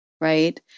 right